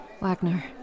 Wagner